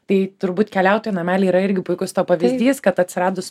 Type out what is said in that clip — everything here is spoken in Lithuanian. tai turbūt keliautojų nameliai yra irgi puikus to pavyzdys kad atsiradus